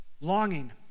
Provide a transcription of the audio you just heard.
longing